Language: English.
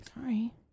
Sorry